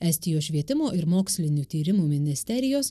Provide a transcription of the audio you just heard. estijos švietimo ir mokslinių tyrimų ministerijos